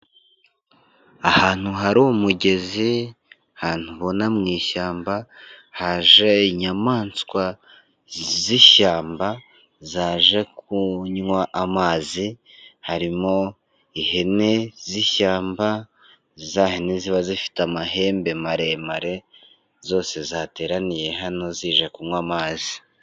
Ahantu hari umugezi ahantu ubona mu ishyamba haje inyamaswa z'ishyamba zaje kunywa amazi, harimo ihene z'ishyamba za hene ziba zifite amahembe maremare zose zateraniye hano zije kunywa amazi.